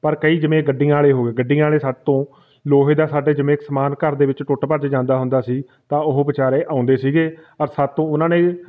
ਪਰ ਕਈ ਜਿਵੇਂ ਗੱਡੀਆਂ ਵਾਲੇ ਹੋ ਗਏ ਗੱਡੀਆਂ ਵਾਲੇ ਸਾਤੋਂ ਲੋਹੇ ਦਾ ਸਾਡੇ ਜਿਵੇਂ ਕਿ ਸਮਾਨ ਘਰ ਦੇ ਵਿੱਚ ਟੁੱਟ ਭੱਜ ਜਾਂਦਾ ਹੁੰਦਾ ਸੀ ਤਾਂ ਉਹ ਵਿਚਾਰੇ ਆਉਂਦੇ ਸੀਗੇ ਔਰ ਸਾਤੋਂ ਉਹਨਾਂ ਨੇ